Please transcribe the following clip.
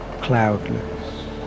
Cloudless